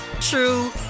true